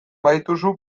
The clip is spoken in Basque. badituzu